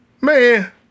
Man